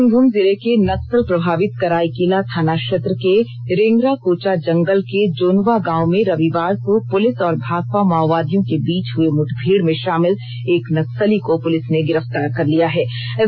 पश्चिमी सिंहभूम जिले के नक्सल प्रभावित कराईकेला थाना क्षेत्र के रेंगराकोचा जंगल के जोनुवा गांव में रविवार को पुलिस और भाकपा माओवादियों के बीच हुए मुठभेड़ में शामिल एक नक्सली को पुलिस ने गिरफ्तार कर लिया है